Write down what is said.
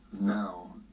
now